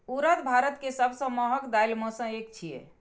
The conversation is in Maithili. उड़द भारत के सबसं महग दालि मे सं एक छियै